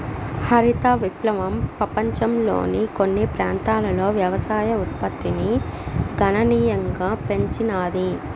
హరిత విప్లవం పపంచంలోని కొన్ని ప్రాంతాలలో వ్యవసాయ ఉత్పత్తిని గణనీయంగా పెంచినాది